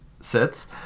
sits